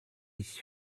ist